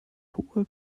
hohe